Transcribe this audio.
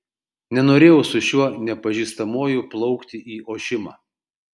nenorėjau su šiuo nepažįstamuoju plaukti į ošimą